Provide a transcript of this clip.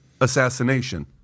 assassination